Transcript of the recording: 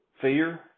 fear